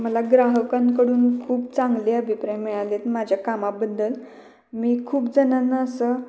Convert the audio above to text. मला ग्राहकांकडून खूप चांगले अभिप्राय मिळाले आहेत माझ्या कामाबद्दल मी खूप जणांना असं